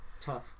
Tough